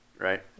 right